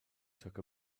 took